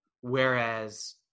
Whereas